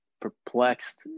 perplexed